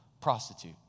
prostitute